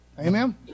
Amen